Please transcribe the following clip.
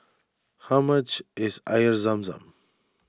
how much is Air Zam Zam